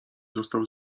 został